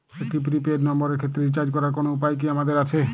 একটি prepaid নম্বরের ক্ষেত্রে রিচার্জ করার কোনো উপায় কি আমাদের আছে?